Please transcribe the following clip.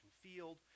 field